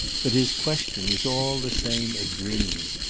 but his question was all the same a dream.